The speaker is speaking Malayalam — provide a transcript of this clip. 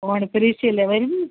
ഓണ പരീക്ഷയല്ലേ വരുന്നത്